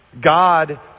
God